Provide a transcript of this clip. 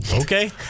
okay